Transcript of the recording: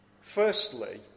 firstly